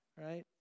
right